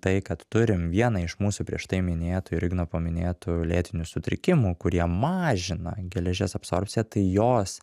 tai kad turim vieną iš mūsų prieš tai minėtų ir igno paminėtų lėtinių sutrikimų kurie mažina geležies absorbciją tai jos